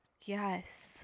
Yes